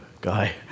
guy